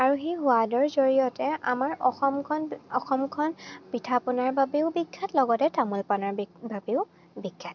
আৰু সেই সোৱাদৰ জৰিয়তে আমাৰ অসমখন অসমখন পিঠা পনাৰ বাবেও বিখ্যাত লগতে তামোল পাণৰ বি বাবেও বিখ্যাত